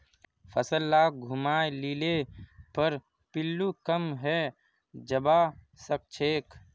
फसल लाक घूमाय लिले पर पिल्लू कम हैं जबा सखछेक